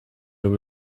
were